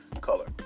color